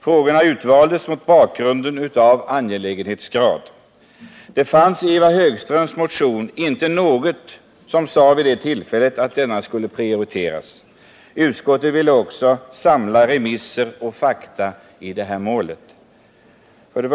Frågorna har utvalts efter angelägenhetsgrad. Det fanns i Ivar Högströms motion inte någonting som sade att den skulle prioriteras. Utskottet ville också samla remisser och fakta i målet.